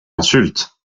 insulte